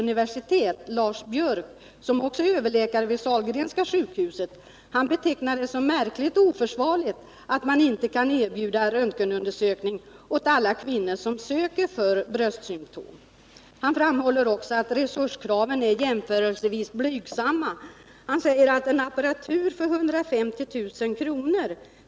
universitet, Lars Björk, som också är överläkare vid Sahlgrenska sjukhuset, Nr 48 betecknar det som märkligt och oförsvarligt att man inte kan erbjuda röntgenundersökning åt alla kvinnor som söker för bröstsymtom. Han framhåller också att resurskraven är jämförelsevis blygsamma och att en apparatur för 150 000 kr.